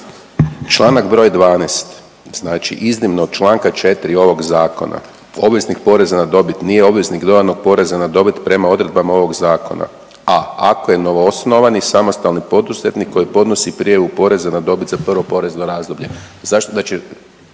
Članak br. 12. znači iznimno od čl. 4. ovog zakona obveznik poreza na dobit nije obveznik dodanog poreza na dobit prema odredbama ovog zakona a) ako je novoosnovani i samostalni poduzetnik koji podnosi prijavu poreza na dobit za prvo porezno razdoblje. Zašto da